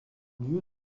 lieu